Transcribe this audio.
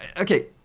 Okay